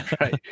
Right